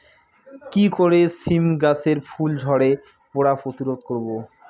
কি করে সীম গাছের ফুল ঝরে পড়া প্রতিরোধ করব?